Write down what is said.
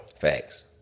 Facts